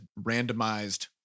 randomized